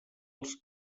els